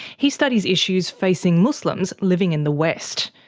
he studies issues facing muslims living in the west.